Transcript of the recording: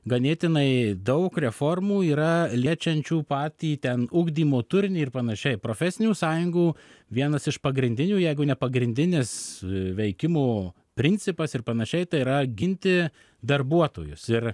ganėtinai daug reformų yra liečiančių patį ten ugdymo turinį ir panašiai profesinių sąjungų vienas iš pagrindinių jeigu ne pagrindinis veikimo principas ir panašiai tai yra ginti darbuotojus ir